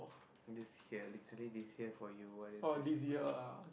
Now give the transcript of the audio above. this year literally this year for you what is it